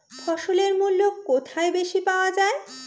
ফসলের মূল্য কোথায় বেশি পাওয়া যায়?